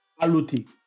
Aluti